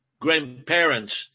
grandparents